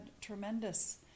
tremendous